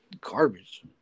garbage